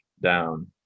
down